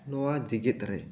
ᱱᱚᱣᱟ ᱡᱮᱜᱮᱛ ᱨᱮ